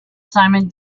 simon